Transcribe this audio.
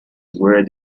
word